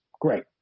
Great